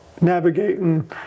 navigating